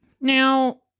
Now